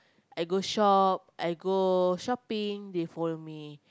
I go shop I go shopping they follow me